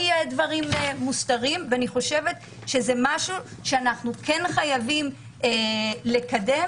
אני חושבת שזה משהו שאנחנו חייבים לקדם,